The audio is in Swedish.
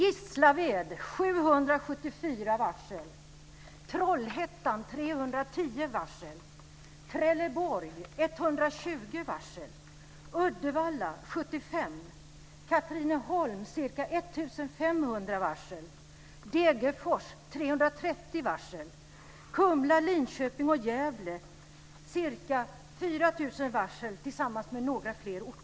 Fru talman! Gislaved - 774 varsel.